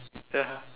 ya